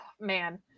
man